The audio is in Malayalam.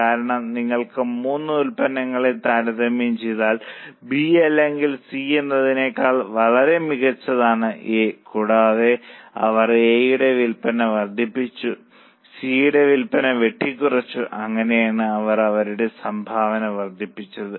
കാരണം നിങ്ങൾ മൂന്ന് ഉൽപ്പന്നങ്ങളെ താരതമ്യം ചെയ്താൽ ബി അല്ലെങ്കിൽ സി എന്നതിനേക്കാൾ വളരെ മികച്ചതാണ് എ കൂടാതെ അവർ എ യുടെ വിൽപ്പന വർദ്ധിപ്പിച്ചു സി യുടെ വിൽപ്പന വെട്ടിക്കുറച്ചു അങ്ങനെയാണ് അവർ അവരുടെ സംഭാവന വർദ്ധിപ്പിച്ചത്